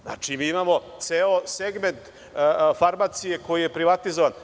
Znači, mi imamo ceo segment farmacije koji je privatizovan.